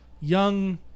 young